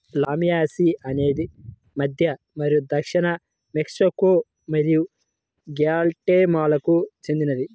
లామియాసి అనేది మధ్య మరియు దక్షిణ మెక్సికో మరియు గ్వాటెమాలాకు చెందినది